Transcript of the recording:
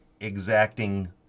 exacting